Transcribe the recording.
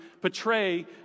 portray